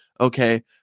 Okay